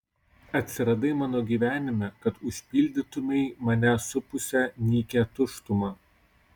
atsiradai mano gyvenime kad užpildytumei mane supusią nykią tuštumą